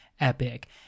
epic